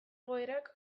egoerak